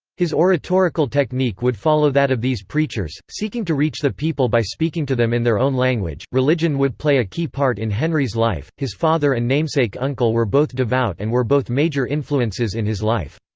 his oratorical technique would follow that of these preachers, seeking to reach the people by speaking to them in their own language religion would play a key part in henry's life his father and namesake uncle were both devout and were both major influences in his life.